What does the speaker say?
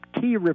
key